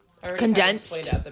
Condensed